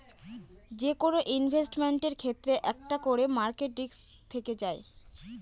যেকোনো ইনভেস্টমেন্টের ক্ষেত্রে একটা করে মার্কেট রিস্ক থেকে যায়